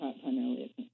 primarily